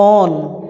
on